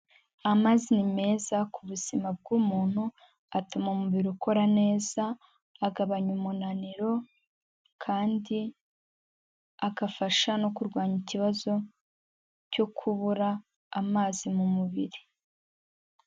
Amazi ni meza ku buzima bw'umuntu atuma umubiri ukora neza, agabanya umunaniro kandi agafasha no kurwanya ikibazo cyo kubura amazi mu mubiri.